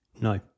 No